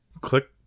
Click